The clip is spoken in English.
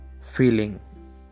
feeling